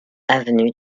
avenue